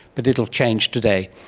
but it will change today.